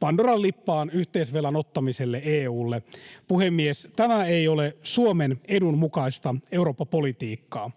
pandoran lippaan yhteisvelan ottamiselle EU:lle. Puhemies! Tämä ei ole Suomen edun mukaista Eurooppa-politiikkaa.